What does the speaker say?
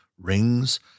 rings